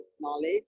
knowledge